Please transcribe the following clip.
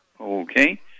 Okay